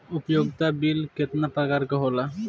उपयोगिता बिल केतना प्रकार के होला?